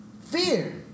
Fear